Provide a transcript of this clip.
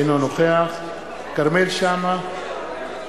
אינו נוכח כרמל שאמה,